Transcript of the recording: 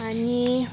आनी